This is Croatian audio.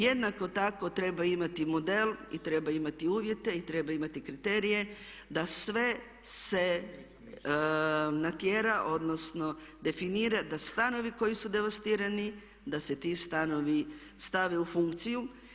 Jednako tako treba imati model i treba imati uvjete i treba imati kriterije da sve se natjera odnosno definira da stanovi koji su devastirani, da se ti stanovi stave u funkciju.